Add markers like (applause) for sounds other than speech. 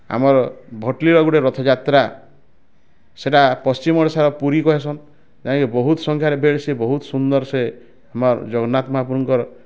ଆମର୍ (unintelligible) ଗୋଟେ ରଥଯାତ୍ରା ସେଇଟା ପଶ୍ଚିମ ଓଡ଼ିଶା ପୁରୀ କହେସନ୍ ଯାଇଁକି ବହୁତ ସଂଖ୍ୟାରେ (unintelligible) ସେ ବହୁତ ସୁନ୍ଦର ସେ ଆମର ଜଗନ୍ନାଥ ମହାପ୍ରଭୁଙ୍କର